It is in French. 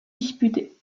disputée